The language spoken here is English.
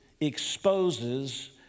exposes